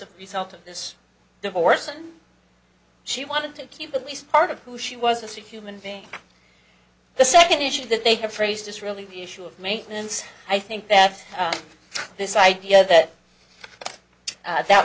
a result of this divorce and she wanted to keep at least part of who she was a safe human being the second issue that they have phrased this really the issue of maintenance i think that this idea that that